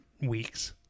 weeks